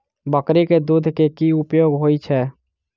बकरी केँ दुध केँ की उपयोग होइ छै?